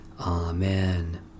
Amen